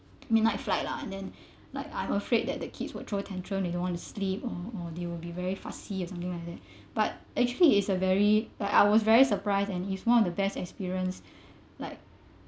midnight flight lah and then like I'm afraid that the kids would throw tantrums they don't want to sleep or or they will be very fussy or something like that but actually it's very like I was very surprised and it's one of the best experience like